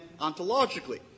ontologically